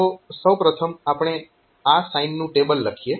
તો સૌ પ્રથમ આપણે આ સાઈનનું ટેબલ લખીએ